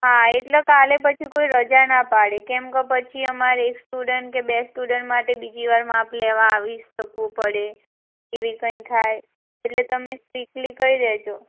હા એટલે કાલે પછી કોઈ રજા ના પાડે કેમકે પછી અમારે એક સ્ટુડન્ટ કે બે સ્ટુડન્ટ માટે બીજી વાર માપ લેવા આવી શકવું પડે એવી કંઇ થાય એટલે તમે સ્ટ્રીકલી કહી દેજો